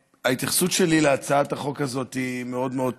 ההתייחסות שלי להצעת החוק הזאת היא מאוד מאוד פשוטה.